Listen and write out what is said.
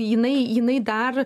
jinai jinai dar